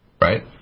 right